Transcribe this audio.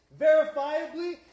verifiably